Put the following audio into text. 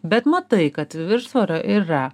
bet matai kad viršsvorio yra